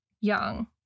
young